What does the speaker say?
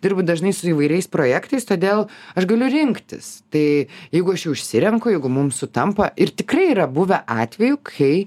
dirbu dažnai su įvairiais projektais todėl aš galiu rinktis tai jeigu aš jau išsirenku jeigu mums sutampa ir tikrai yra buvę atvejų kai